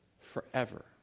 forever